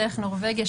דרך נורבגיה,